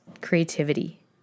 creativity